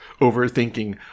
overthinking